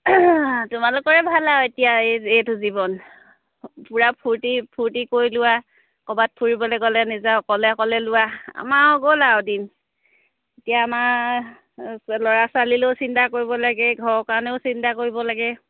তোমালোকৰে ভাল আৰু এতিয়া এই এইটো জীৱন পূৰা ফূৰ্তি ফূৰ্তি কৰি লোৱা ক'ৰবাত ফুৰিবলৈ গ'লে নিজা অকলে অকলে লোৱা আমাৰ আৰু গ'ল আৰু দিন এতিয়া আমাৰ ল'ৰা ছোৱালীলৈও চিন্তা কৰিব লাগে ঘৰৰ কাৰণেও চিন্তা কৰিব লাগে